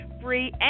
Free